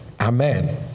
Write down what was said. Amen